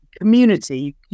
community